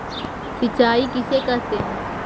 सिंचाई किसे कहते हैं?